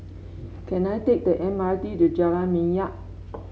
can I take the M R T to Jalan Minyak